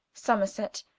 somerset,